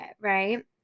right